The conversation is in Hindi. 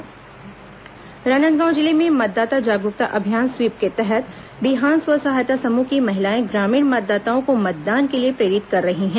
स्वीप कार्यक्रम राजनांदगांव जिले में मतदाता जागरूकता अभियान स्वीप के तहत बिहान स्व सहायता समूह की महिलाएं ग्रामीण मतदाताओं को मतदान के लिए प्रेरित कर रही हैं